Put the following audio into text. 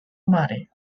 mare